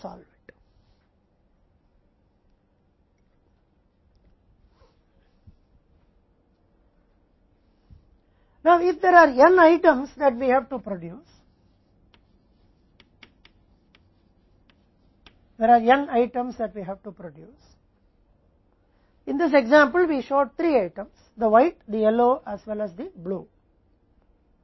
अब अगर वहाँ n आइटम है कि हम का उत्पादन किया है वहाँ n आइटम है कि हम उत्पादन करने के लिए है इस उदाहरण में हम तीन आइटम सफेद पीले साथ ही नीले दिखाते हैं